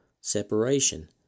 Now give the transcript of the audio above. separation